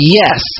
yes